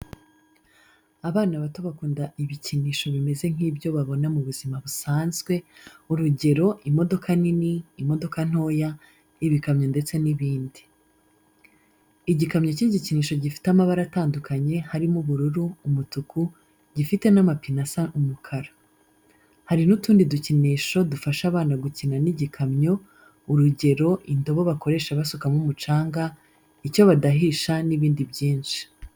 Abana bato bakunda ibikinisho bimeze nkibyo babona mubuzima busanzwe, urugero imodoka nini, imodoka ntoya, ibikamyo ndetse ni ibindi. Igikamyo cy'igikinisho gifite amabara atandukanye harimo ubururu, umutuku, gifite n'amapine asa umukara. Hari nutundi dukinisho dufasha abana gukina n'igikamyo, urugero indobo bakoresha basukamo umucanga, icyo badahisha, nibindi byinshi.